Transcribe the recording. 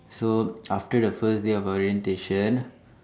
so after the first day of orientation